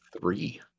three